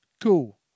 Cool